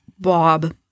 Bob